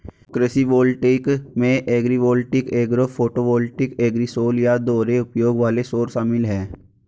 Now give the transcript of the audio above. कृषि वोल्टेइक में agrivoltaic agro photovoltaic agrisol या दोहरे उपयोग वाले सौर शामिल है